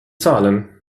zahlen